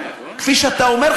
כפי שאתה אומר,